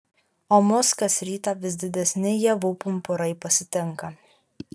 o mus kas rytą vis didesni ievų pumpurai pasitinka